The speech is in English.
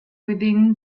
within